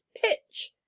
pitch